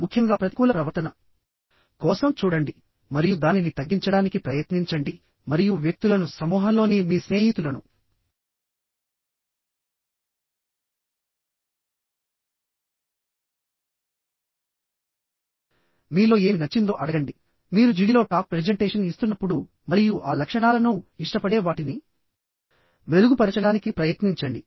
ముఖ్యంగా ప్రతికూల ప్రవర్తన కోసం చూడండి మరియు దానిని తగ్గించడానికి ప్రయత్నించండి మరియు వ్యక్తులను సమూహంలోని మీ స్నేహితులను మీలో ఏమి నచ్చిందో అడగండి మీరు జిడిలో టాక్ ప్రెజెంటేషన్ ఇస్తున్నప్పుడు మరియు ఆ లక్షణాలను ఇష్టపడే వాటిని మెరుగుపరచడానికి ప్రయత్నించండి